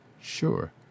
sure